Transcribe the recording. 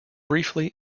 briefly